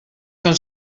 com